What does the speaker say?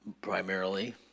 primarily